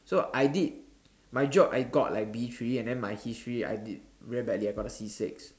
so I did my geog I got like B three and then my history I did really badly I got a C six